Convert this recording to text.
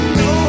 no